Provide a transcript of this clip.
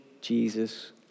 Jesus